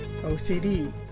OCD